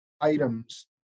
items